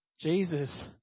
jesus